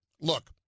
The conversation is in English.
Look